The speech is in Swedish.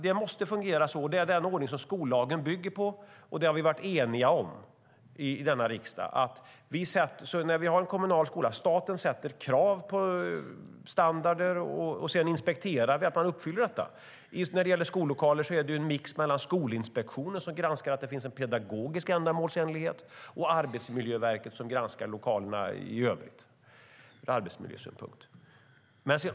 Det måste fungera så - det är den ordning som skollagen bygger på och som vi har varit eniga om i denna riksdag - när vi har en kommunal skola att staten ställer krav på standarder och inspekterar sedan att de uppfylls. När det gäller skollokaler är det en mix mellan Skolinspektionen, som granskar att det finns en pedagogisk ändamålsenlighet, och Arbetsmiljöverket, som granskar lokalerna ur arbetsmiljösynpunkt.